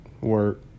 work